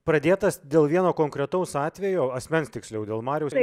pradėtas dėl vieno konkretaus atvejo asmens tiksliau dėl mariaus